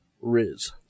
Riz